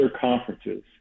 conferences